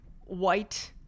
white